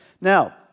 Now